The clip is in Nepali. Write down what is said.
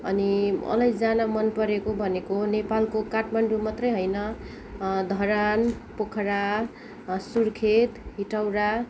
अनि मलाई जान मनपरेको भनेको नेपालको काठमाडौँ मात्रै होइन धरान पोखरा सुर्खेत हेटौँडा